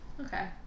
Okay